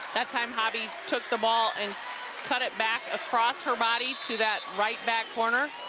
that time hobbie took the ball and cut it back across her body to that right back corner.